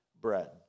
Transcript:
bread